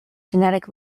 genetic